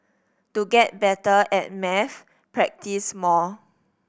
to get better at maths practise more